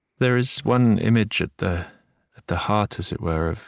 there is one image at the at the heart, as it were,